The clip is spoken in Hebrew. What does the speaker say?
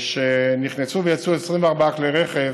נכנסו ויצאו 24 כלי רכב